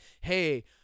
hey